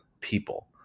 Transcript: people